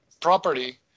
property